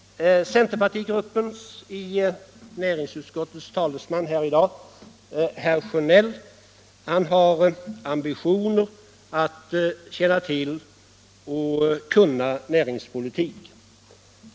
Talesmannen här i dag för centerpartigruppen i utskottet, herr Sjönell, har ambition att känna till och kunna näringspolitik.